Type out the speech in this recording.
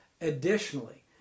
Additionally